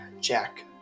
Jack